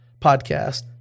podcast